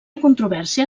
controvèrsia